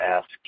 ask